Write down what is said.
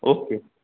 okay